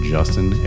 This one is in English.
Justin